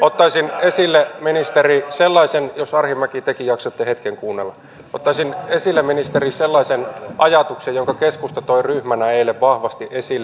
ottaisin esille ministeri jos arhinmäki tekin jaksatte hetken kuunnella sellaisen ajatuksen jonka keskusta toi ryhmänä eilen vahvasti esille